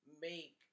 make